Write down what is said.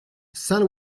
saint